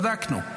בדקנו.